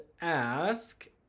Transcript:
ask